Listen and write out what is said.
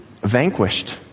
vanquished